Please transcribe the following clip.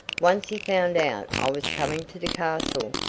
once he found out i was coming to the castle.